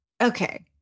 Okay